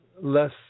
less